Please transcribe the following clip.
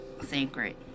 sacred